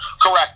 correct